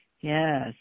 Yes